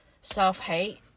self-hate